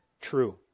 true